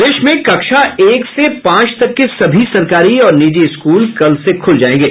प्रदेश में कक्षा एक से पांच तक के सभी सरकारी और निजी स्कूल कल से खुलेंगे